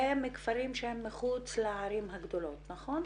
ומכפרים שהם מחוץ לערים הגדולות, נכון?